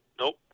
nope